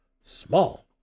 Small